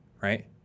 right